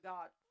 God